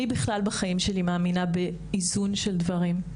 בכלל בחיים שלי מאמינה באיזון של דברים.